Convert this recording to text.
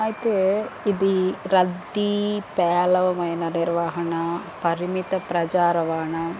అయితే ఇది రద్దీ పేలవమైన నిర్వహణ పరిమిత ప్రజా రవాణా